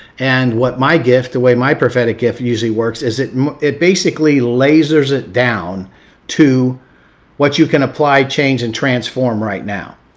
and what my gift, the way my prophetic gift usually works is it it basically lasers it down to what you can apply, change and transform right now.